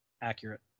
accurate